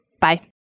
Bye